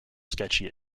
sketchy